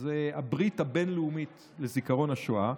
שזה הברית הבין-לאומית לזיכרון השואה,